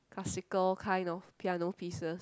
classical kind of piano pieces